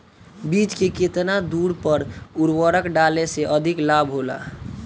बीज के केतना दूरी पर उर्वरक डाले से अधिक लाभ होला?